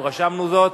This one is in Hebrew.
אנחנו רשמנו זאת.